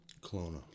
Kelowna